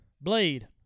Blade